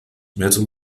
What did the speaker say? metal